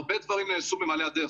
הרבה דברים נעשו במעלה הדרך.